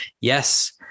yes